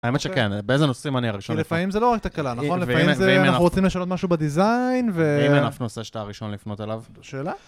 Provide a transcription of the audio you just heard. האמת שכן, באיזה נושאים אני הראשון לפנות עליו? לפעמים זה לא רק תקלה, נכון? לפעמים אנחנו רוצים לשנות משהו בדיזיין ו... ואם אין אף נושא שאתה הראשון לפנות עליו? שאלה.